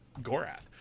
Gorath